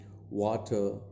water